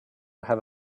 have